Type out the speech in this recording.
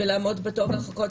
ולעמוד בתור ולחכות.